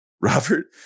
robert